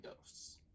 ghosts